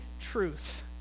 truth